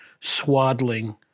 swaddling